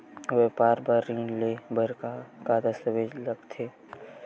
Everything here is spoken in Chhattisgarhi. व्यापार बर ऋण ले बर का का दस्तावेज लगथे?